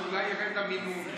שאולי ירד המינון?